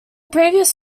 previous